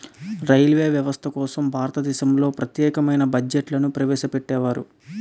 railway వ్యవస్థ కోసం భారతదేశంలో ప్రత్యేకమైన బడ్జెట్ను ప్రవేశపెట్టేవారు